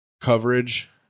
coverage